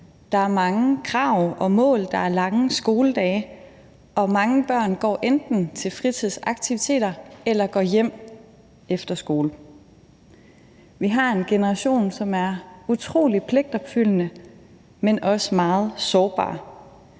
Der er mange krav og mål, der er lange skoledage, og mange børn går enten til fritidsaktiviteter eller går hjem efter skole. Vi har en generation, som er utrolig pligtopfyldende, men også meget sårbare.